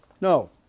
No